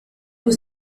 was